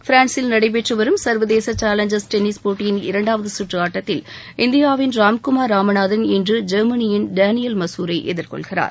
பிரான்சில் நடைபெற்றுவரும் சர்வதேச சாலஞ்சர்ஸ் டென்னிஸ் போட்டியின் இரண்டாவது சுற்று ஆட்டத்தில் இந்தியாவின் ராம்குமார் ராமநாதன் இன்று ஜெர்மனியின் டேனியல் மசூரை எதிர்கொள்கிறார்